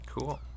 Cool